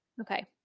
Okay